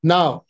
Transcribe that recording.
Now